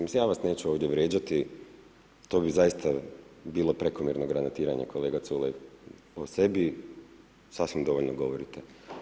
Mislim ja vas neću ovdje vrijeđati, to bi zaista bilo prekomjerno granatiranje kolega Culej, o sebi, sasvim dovoljno govorite.